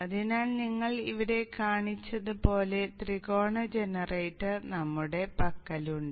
അതിനാൽ നിങ്ങൾ ഇവിടെ കാണിച്ചത് പോലെ ത്രികോണ ജനറേറ്റർ നമ്മുടെ പക്കലുണ്ട്